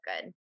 good